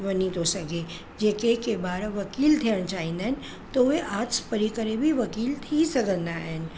वञी थो सघे जेके के के ॿार वकील थियण चाहींदा आहिनि त उहे आट्स पढ़ी करे बि वकील थी सघंदा आहिनि